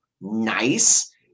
nice